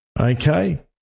Okay